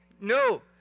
no